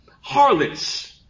harlots